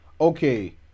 okay